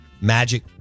magic